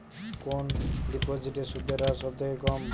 কোন ডিপোজিটে সুদের হার সবথেকে কম?